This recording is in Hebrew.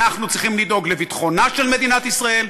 אנחנו צריכים לדאוג לביטחונה של מדינת ישראל,